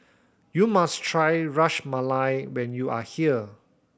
you must try Ras Malai when you are here